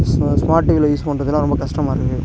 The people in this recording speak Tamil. ஸ் ஸ்மார்ட் டிவியில யூஸ் பண்றதுலாம் ரொம்ப கஸ்டமாக இருக்குது